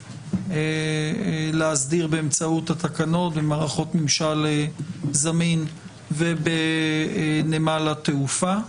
להסדיר באמצעות התקנות במערכות ממשל זמין ובנמל התעופה.